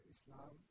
Islam